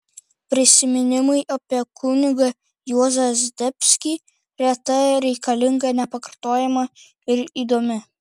prisiminimai apie kunigą juozą zdebskį reta reikalinga nepakartojama ir įdomi